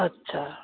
अच्छा